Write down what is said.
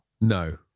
no